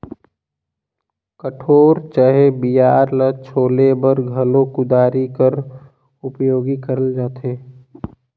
कोठार चहे बियारा ल छोले बर घलो कुदारी कर उपियोग करल जाथे